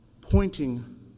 pointing